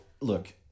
look